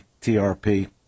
TRP